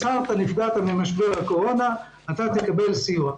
הצהרת שנפגעת ממשבר הקורונה, תקבל סיוע.